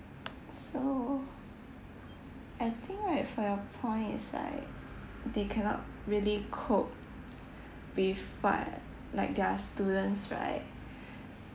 so I think right for your point is like they cannot really cope with what like their students right